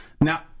Now